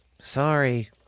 sorry